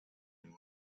rome